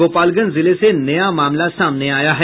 गोपालगंज जिले से नया मामला सामने आया है